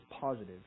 positive